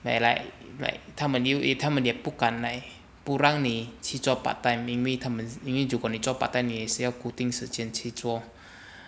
they like like 他们又他们也不敢不让你去做 part time 因为他们如果你去做 part time 你也是要固定时间去做